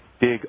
big